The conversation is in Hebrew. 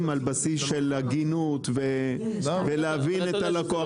על בסיס של הגינות ולהבין את הלקוח.